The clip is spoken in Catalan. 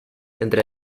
entre